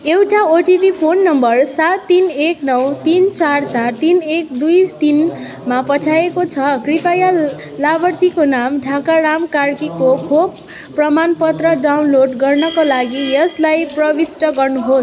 एउटा OTP phone number सात तिन एक नौ तिन चार चार तिन एक दुई तिनमा पठाइएको छ कृपया लाभार्थीको नाम ढाकाराम कार्कीको खोप प्रमाणपत्र डाउनलोड गर्नाका लागि यसलाई प्रविष्ट गर्नुहोस्